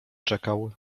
czekał